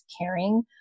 caring